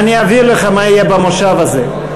אני אבהיר לך מה יהיה במושב הזה,